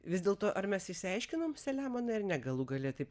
vis dėlto ar mes išsiaiškinom selemonai ar ne galų gale taip